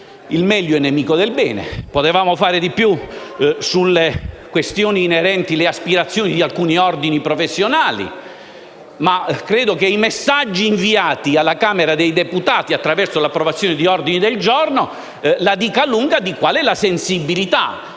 il meglio è nemico del bene. Potevamo fare di più sulle questioni inerenti le aspirazioni di alcuni ordini professionali, ma credo che i messaggi inviati alla Camera dei deputati attraverso l'approvazione di ordini del giorno la dicano lunga sulla sensibilità.